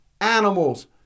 animals